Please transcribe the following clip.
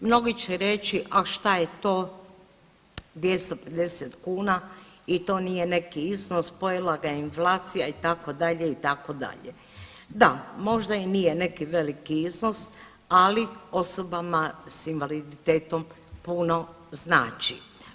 Mnogi će reći, a šta je to 250 kuna i to nije neki iznos, pojela ga je inflacija itd., itd., da možda i nije neki veliki iznos ali osobama s invaliditetom puno znači.